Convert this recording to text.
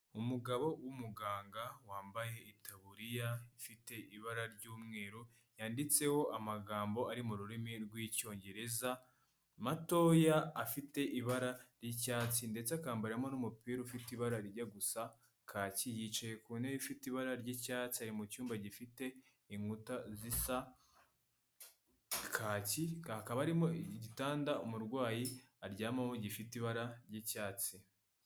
Umugabo w'umuganga wambaye itaburiya ifite ibara ry'umweru yanditseho amagambo ari mu rurimi rw'icyongereza matoya afite ibara ry'icyatsi ndetse akambaramo n'umupira ufite ibarajya gusa kaki, yicaye ku ntebe ifite ibara ry'icyatsi ari mucyumba gifite inkuta zisa kaki, hakaba harimo igitanda umurwayi aryamaho gifite ibara ry'icyatsi.